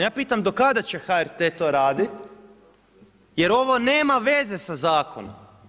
Ja pitam do kada će HRT to raditi, jer ovo nema veze sa zakonom.